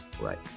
right